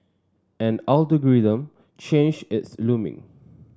an change is looming